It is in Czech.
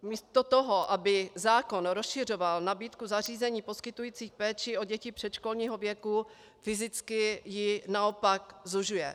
Místo toho, aby zákon rozšiřoval nabídku zařízení poskytující péči o děti předškolního věku, fyzicky ji naopak zužuje.